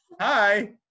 Hi